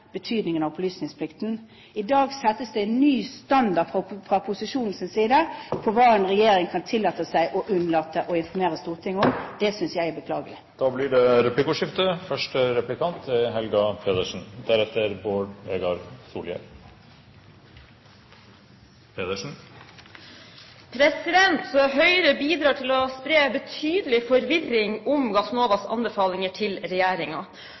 betydningen av opplysningsplikten. I dag settes det en ny standard fra posisjonens side på hva en regjering kan tillate seg å unnlate å informere Stortinget om. Det synes jeg er beklagelig. Det blir replikkordskifte.